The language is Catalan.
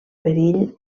perill